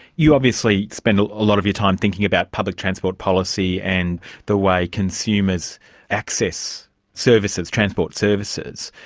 you obviously spend a lot of your time thinking about public transport policy and the way consumers access services, transport services.